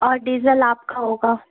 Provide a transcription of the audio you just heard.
और डीज़ल आपका होगा